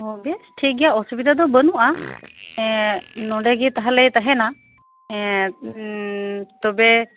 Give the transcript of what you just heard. ᱴᱷᱤᱠ ᱜᱮᱭᱟ ᱚᱥᱩᱵᱤᱛᱟ ᱫᱚ ᱵᱟᱹᱱᱩᱜᱼᱟ ᱱᱚᱰᱮ ᱜᱮ ᱛᱟᱦᱚᱞᱮ ᱛᱟᱸᱦᱮᱱᱟ ᱛᱚᱵᱮ